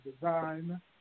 Design